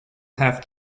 have